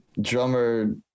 drummer